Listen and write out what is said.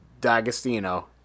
D'Agostino